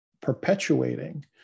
perpetuating